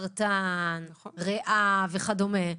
סרטן ריאה וכדומה,